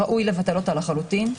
ראוי לבטלה לחלוטין.